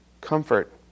comfort